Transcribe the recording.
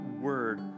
word